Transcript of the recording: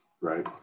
right